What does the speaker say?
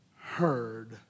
heard